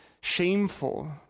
shameful